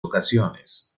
ocasiones